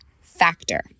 Factor